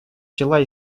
тела